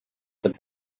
the